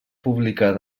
publicar